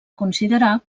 considerar